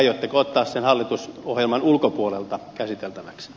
aiotteko ottaa sen hallitusohjelman ulkopuolelta käsiteltäväksi